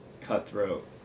cutthroat